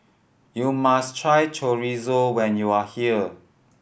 you must try Chorizo when you are here